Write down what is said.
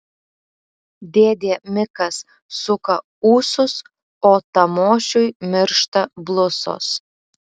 dėdė mikas suka ūsus o tamošiui miršta blusos